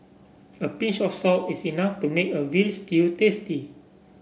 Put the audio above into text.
a pinch of salt is enough to make a veal stew tasty